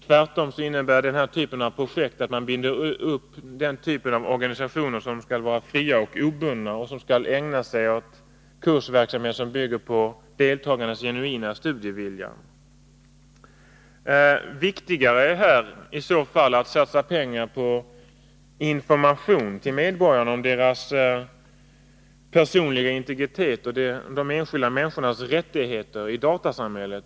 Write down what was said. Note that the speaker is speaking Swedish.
Tvärtom innebär den här sortens projekt att man binder upp en typ av organisationer som skall vara fria och obundna och som skall ägna sig åt kursverksamhet som bygger på deltagarnas genuina studievilja. Viktigare är här i så fall att satsa pengar på information till medborgarna om deras personliga integritet och de enskilda människornas rättigheter i datasamhället.